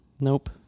Nope